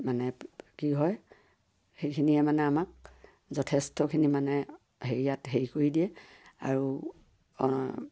মানে কি হয় সেইখিনিয়ে মানে আমাক যথেষ্টখিনি মানে হেৰিয়াত হেৰি কৰি দিয়ে আৰু